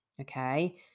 okay